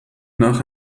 nach